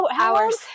hours